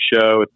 show